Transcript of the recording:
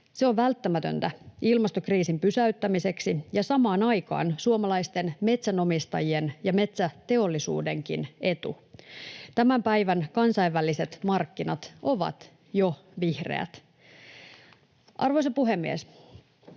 Se on välttämätöntä ilmastokriisin pysäyttämiseksi ja samaan aikaan suomalaisten metsänomistajien ja metsäteollisuudenkin etu. Tämän päivän kansainväliset markkinat ovat jo vihreät. Arvoisa puhemies!